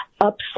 upset